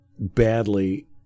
badly